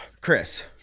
Chris